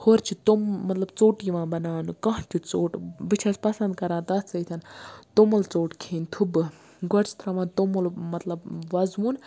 ہورِ چھِ تِم مَطلَب ژوٚٹ یِوان بَناونہٕ کانٛہہ تہِ ژوٚٹ بہٕ چھَس پَسَنٛد کَران تَتھ سۭتۍ توٚمل ژوٚٹ کھیٚنۍ تھُبہٕ گۄڈٕ چھِ تراوان توٚمُل مَطلَب وَزوُن